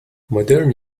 modern